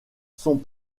sont